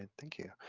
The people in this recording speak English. thank you.